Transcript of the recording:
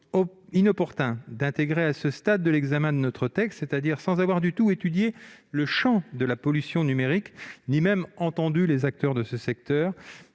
inopportun d'intégrer à ce stade de l'examen de notre texte, c'est-à-dire sans avoir du tout étudié ce champ de la pollution numérique ni même entendu les acteurs de ce secteur,